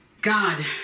God